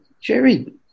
Jerry